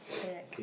alright